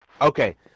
Okay